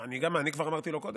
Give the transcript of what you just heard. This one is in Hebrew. אני כבר אמרתי לו קודם,